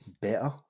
better